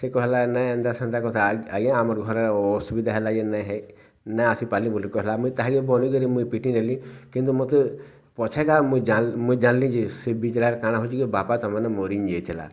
ସେ କହେଲା ନାଇଁ ଏନ୍ତା ସେନ୍ତା କଥା ଆଜ୍ଞା ଆମର୍ ଘରେ ଅସୁବିଧା ହେଲା ଯେ ନାଇଁହେଇ ନାଇଁ ଆସିପାରଲି ବୋଲି କହେଲା ମୁଇଁ ତାହାକେ ବନେକରି ମୁଇଁ ପିଟିନେଲି କିନ୍ତୁ ମୋତେ ପଛେକା ମୁଇଁ ଜାନ୍ ମୁଇଁ ଜାନ୍ଲି ସେ ବିଚରାର୍ କାଣା ହଉଛେ କି ବାପା ତାମାନେ ମରି ଯାଇଁଥିଲା